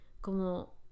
como